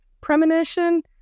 premonition